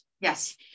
Yes